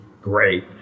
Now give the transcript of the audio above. great